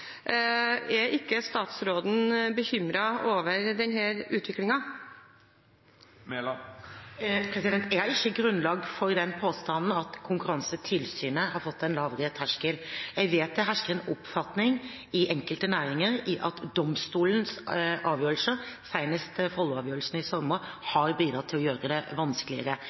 Er ikke statsråden bekymret over denne utviklingen? Jeg har ikke grunnlag for den påstanden om at Konkurransetilsynet har fått en lavere terskel. Jeg vet det hersker en oppfatning i enkelte næringer av at domstolenes avgjørelser, senest Follo-avgjørelsen i sommer, har bidratt til å gjøre det vanskeligere.